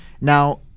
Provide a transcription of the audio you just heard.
Now